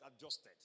adjusted